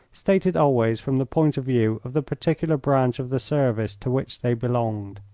stated always from the point of view of the particular branch of the service to which they belonged.